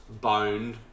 Boned